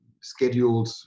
scheduled